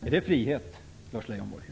Är det frihet, Lars Leijonborg?